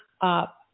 up